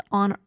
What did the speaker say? on